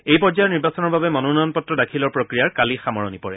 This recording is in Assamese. এই পৰ্যায়ৰ নিৰ্বাচনৰ বাবে মনোনয়ন পত্ৰ দাখিলৰ প্ৰক্ৰিয়াৰ কালি সামৰণি পৰে